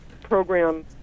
program